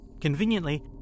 Conveniently